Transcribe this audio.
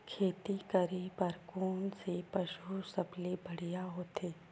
खेती करे बर कोन से पशु सबले बढ़िया होथे?